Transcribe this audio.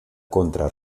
contra